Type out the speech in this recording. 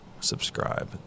subscribe